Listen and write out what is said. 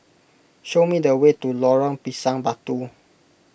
show me the way to Lorong Pisang Batu